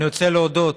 אני רוצה להודות